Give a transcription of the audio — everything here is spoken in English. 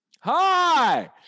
Hi